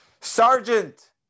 Sergeant